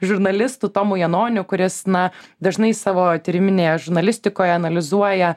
žurnalistu tomui janoniui kuris na dažnai savo tyriminėje žurnalistikoje analizuoja